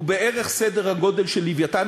הוא בערך סדר הגודל של "לווייתן",